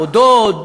או דוד,